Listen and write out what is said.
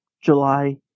July